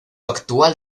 actual